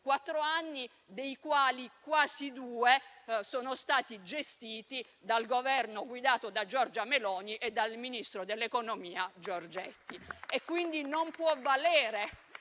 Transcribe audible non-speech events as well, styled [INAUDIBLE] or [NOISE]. quattro anni dei quali quasi due sono stati gestiti dal Governo guidato da Giorgia Meloni e dal ministro dell'economia Giorgetti. [APPLAUSE] E quindi non può valere